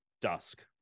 dusk